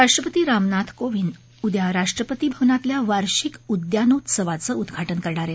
राष्ट्रपती रामनाथ कोंविद उद्या राष्ट्रपती भवनातील वार्षिक उद्यानोत्सवाचं उद्वाटन करणार आहेत